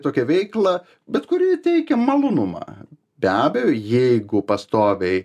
tokia veikla bet kuri teikia malonumą be abejo jeigu pastoviai